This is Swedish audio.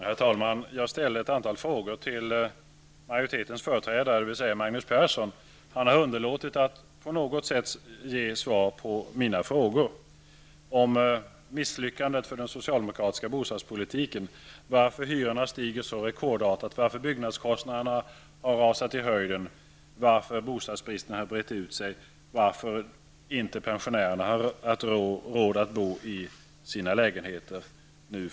Herr talman! Jag ställde ett antal frågor till majoritetens företrädare, dvs. Magnus Persson. Han har underlåtit att på något sätt ge ett svar på mina frågor om den socialdemokratiska bostadspolitikens misslyckande och ett svar på varför hyrorna stiger så rekordartat, varför byggnadskostnaderna har rusat i höjden, varför bostadsbristen har brett ut sig och varför pensionärerna nu från den 1 januari inte har råd att bo i sina lägenheter.